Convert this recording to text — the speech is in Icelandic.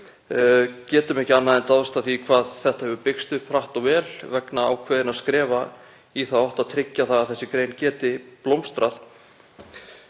getum ekki annað en dáðst að því hvað þetta hefur byggst upp hratt og vel vegna ákveðinna skrefa í þá átt að tryggja að greinin geti blómstrað.